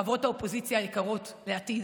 חברות האופוזיציה היקרות לעתיד: